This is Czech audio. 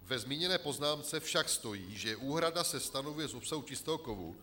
Ve zmíněné poznámce však stojí, že úhrada se stanovuje z obsahu čistého kovu.